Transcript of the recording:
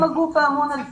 הם הגוף האמון על זה.